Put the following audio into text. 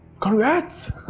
congrats!